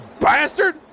bastard